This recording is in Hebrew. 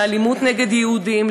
לאלימות נגד יהודים,